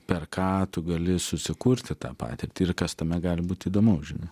per ką tu gali susikurti tą patirtį ir kas tame gali būt įdomu žinai